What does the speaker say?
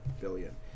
billion